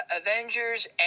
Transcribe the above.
Avengers